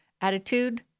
attitude